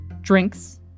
drinks